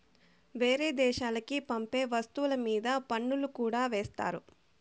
వేరే దేశాలకి పంపే వస్తువుల మీద పన్నులు కూడా ఏత్తారు